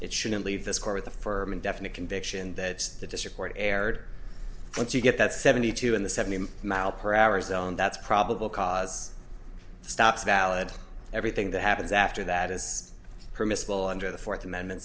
it shouldn't leave this car with a firm and definite conviction that the district court erred once you get that seventy two in the seventy mile per hour zone that's probable cause stops valid everything that happens after that is permissible under the fourth amendment